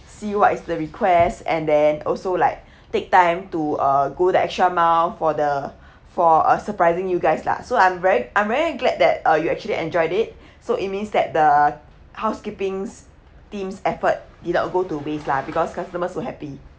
see what is the request and then also like take time to uh go that extra mile for the for uh surprising you guys lah so I'm very I'm very glad that you actually enjoyed it so it means that the housekeepings team's effort did not go to waste lah because customers so happy